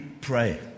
pray